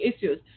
issues